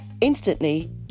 instantly